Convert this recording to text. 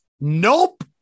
Nope